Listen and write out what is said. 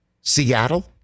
Seattle